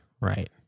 right